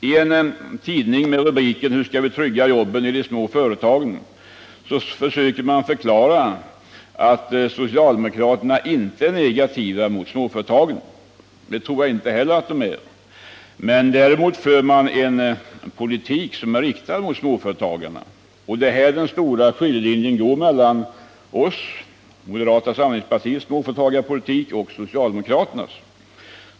I en tidning med rubriken Hur skall vi trygga jobben i de små företagen försöker man förklara att socialdemokraterna inte är negativa mot småföretagen. Det tror inte heller jag. Men däremot för man en direkt fientlig politik mot småföretagarna, och det är här den stora skiljelinjen går mellan moderata samlingspartiets småföretagarpolitik och socialdemokraternas.